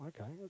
okay